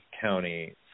county